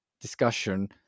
discussion